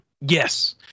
Yes